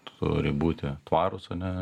turi būti tvarūs ane